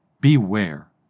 beware